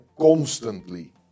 constantly